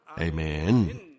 Amen